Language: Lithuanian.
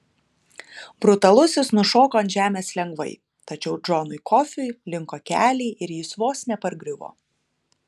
brutalusis nušoko ant žemės lengvai tačiau džonui kofiui linko keliai ir jis vos nepargriuvo